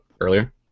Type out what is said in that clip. earlier